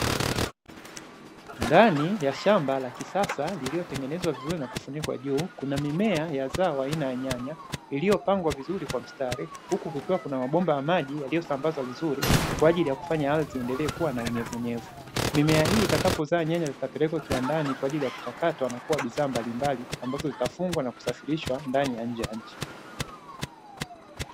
Ndani ya shamba la kisasa lililotengenezwa vizuri na kufunikwa juu kuna mimea ya zao aina ya nyanya iliyopangwa vizuri kwa mstari, huku kukiwa na mabomba ya maji yaliyosambwazwa vizuri kwa ajili ya kufanya ardhi iendelee kuwa na unyevuunyevu. Mimea hii itakapozaa nyanya zitapelekwa kiwandani kwa ajili ya kuchakatwa na kuwa bishaa mbalimbali ambazo zitafungwa na kusafirishwa ndani na nje ya nchi.